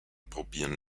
probieren